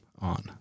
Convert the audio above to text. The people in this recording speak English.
on